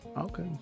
Okay